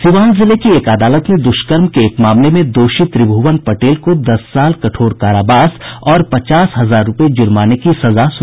सीवान जिले की एक अदालत ने दुष्कर्म के एक मामले में दोषी त्रिभुवन पटेल को दस साल कठोर कारावास और पचास हजार रूपये जुर्माने की सजा सुनायी है